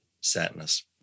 sadness